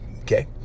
okay